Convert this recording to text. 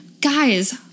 Guys